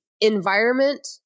environment